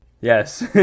Yes